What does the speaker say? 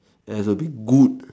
it has to be good